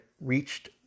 reached